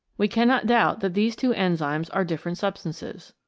we cannot doubt that these two enzymes are different substances.